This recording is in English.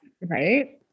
Right